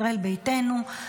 ישראל ביתנו,